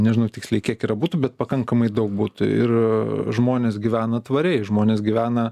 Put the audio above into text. nežinau tiksliai kiek yra butų bet pakankamai daug butų ir žmonės gyvena tvariai žmonės gyvena